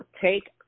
Take